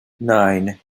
nine